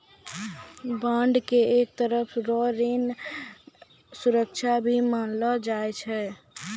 bond के एक तरह रो ऋण सुरक्षा भी मानलो जाय छै